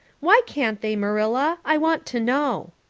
why can't they, marilla i want to know.